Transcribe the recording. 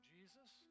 Jesus